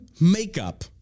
makeup